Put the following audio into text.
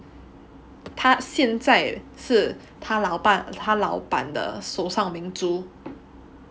他现在是他老板他老板的手上明珠